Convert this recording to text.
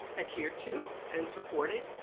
adhered to and supported.